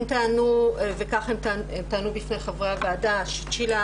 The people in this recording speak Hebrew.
הם טענו וכך הם טענו בפני חברי הוועדה שצ'ילה